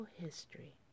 history